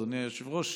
אדוני היושב-ראש,